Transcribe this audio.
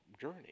journey